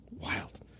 wild